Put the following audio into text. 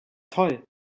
toll